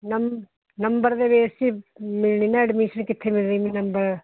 ਨੰਬ number ਦੇ base 'ਚ ਹੀ ਮਿਲਣੀ ਨਾ ਐਡਮਿਸ਼ਨ ਕਿੱਥੇ ਮਿਲਣੀ ਨੰਬਰ